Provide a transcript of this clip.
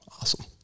Awesome